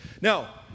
Now